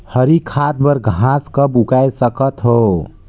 हरी खाद बर घास कब उगाय सकत हो?